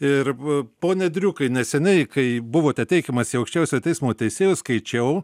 ir pone driukai neseniai kai buvote teikiamas į aukščiausiojo teismo teisėjus skaičiau